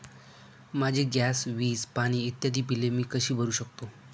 माझी गॅस, वीज, पाणी इत्यादि बिले मी कशी भरु शकतो?